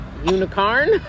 unicorn